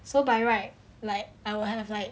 so by right like I will have like